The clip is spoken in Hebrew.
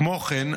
כמו כן,